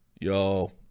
Yo